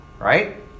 Right